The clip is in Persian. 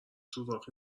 سوراخی